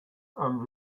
and